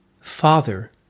Father